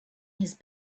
his